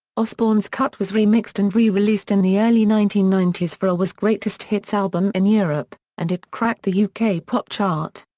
osbourne's cut was remixed and re-released in the early nineteen ninety s for a was greatest hits album in europe, and it cracked the yeah uk pop chart.